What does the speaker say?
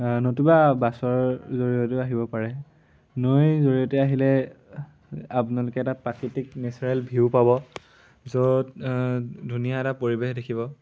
নতুবা বাছৰ জৰিয়তেও আহিব পাৰে নৈৰ জৰিয়তে আহিলে আপোনালোকে এটা প্ৰাকৃতিক নেচাৰেল ভিউ পাব য'ত ধুনীয়া এটা পৰিৱেশ দেখিব